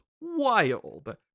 wild